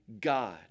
God